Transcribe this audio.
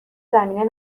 زمینه